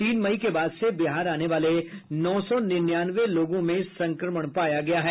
तीन मई के बाद से बिहार आने वाले नौ सौ निन्यानवे लोगों में संक्रमण पाया गया है